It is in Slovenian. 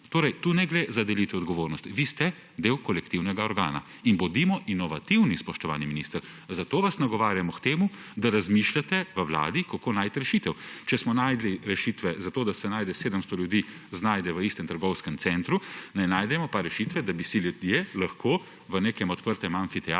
Torej tukaj ne gre za delitev odgovornosti, vi ste del kolektivnega organa in bodimo inovativni, spoštovani minister, zato vas nagovarjamo k temu, da razmišljate v Vladi, kako najti rešitev. Če smo našli rešitve, zato da se znajde 700 ljudi v istem trgovskem centru, ne najdemo pa rešitve, da bi si ljudje lahko v nekem odprtem amfiteatru